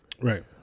Right